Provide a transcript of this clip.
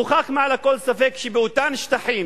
הוכח מעל לכל ספק שבאותם שטחים,